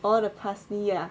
oh the parsley ah